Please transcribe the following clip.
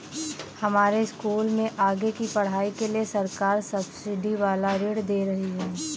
हमारे स्कूल में आगे की पढ़ाई के लिए सरकार सब्सिडी वाला ऋण दे रही है